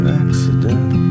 accident